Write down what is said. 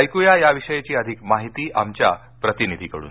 ऐकुया याविषयीची अधिक माहिती आमच्या प्रतिनिधीकडून